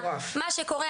מה שקורה,